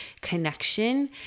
connection